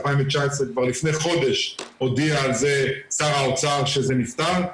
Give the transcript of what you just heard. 2019 כבר לפני חודש הודיע על זה שר האוצר שזה נפתר,